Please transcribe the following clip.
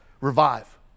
Revive